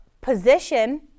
position